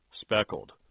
speckled